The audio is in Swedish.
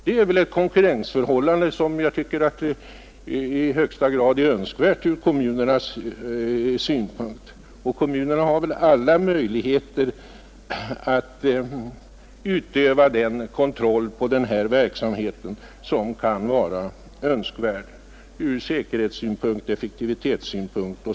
Det är väl ett konkurrensförhållande som är i högsta grad önskvärt ur kommunernas synpunkt. Kommunerna torde vidare ha alla möjligheter att utöva den kontroll av verksamheten som kan vara erforderlig ur säkerhets-effektivitetssynpunkt.